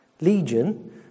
Legion